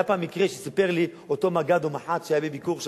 היה פעם מקרה שסיפר לי אותו מג"ד או מח"ט שהיה בביקור שם,